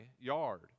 yard